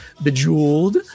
bejeweled